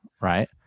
Right